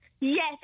Yes